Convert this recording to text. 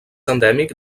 endèmic